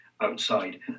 outside